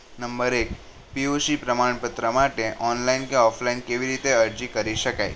number એક PUC પ્રમાણપત્ર માટે ઓનલાઈન કે ઓફલાઈન કેવી રીતે અરજી કરી શકાય